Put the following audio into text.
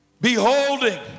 beholding